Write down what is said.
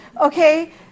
Okay